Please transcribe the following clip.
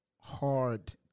hard